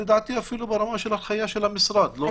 לדעתי, זה אפילו ברמה של הנחיה של המשרד לא?